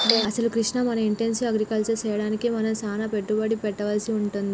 అసలు కృష్ణ మనం intensive agriculture సెయ్యడానికి మనం సానా పెట్టుబడి పెట్టవలసి వుంటది